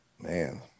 Man